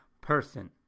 person